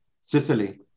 Sicily